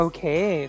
Okay